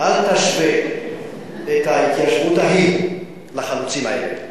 אל תשווה את ההתיישבות ההיא לחלוצים האלה.